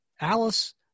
Alice